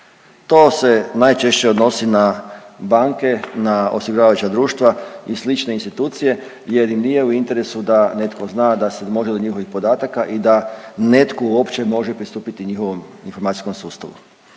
To se najčešće odnosi na banke, na osiguravajuća društva i slične institucije jer im nije u interesu da netko zna da se može do njihovih podataka i da netko uopće može pristupiti njihovom informacijskom sustavu.